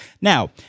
Now